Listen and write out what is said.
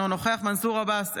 אינו נוכח מנסור עבאס,